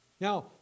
Now